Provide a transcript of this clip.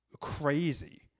crazy